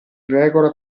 regola